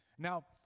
Now